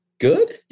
good